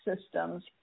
systems